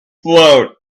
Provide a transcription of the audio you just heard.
float